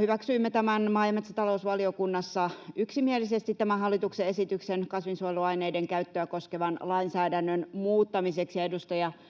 Hyväksyimme maa‑ ja metsätalousvaliokunnassa yksimielisesti tämän hallituksen esityksen kasvinsuojeluaineiden käyttöä koskevan lainsäädännön muuttamiseksi, ja edustajakollega